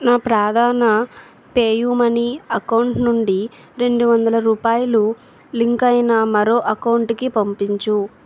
నా ప్రధాన PayU money account నుండి రెండు వందల రూపాయలు లింకైన మరో ఎకౌంట్కి పంపించు